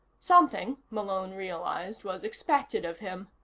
something, malone realized, was expected of him.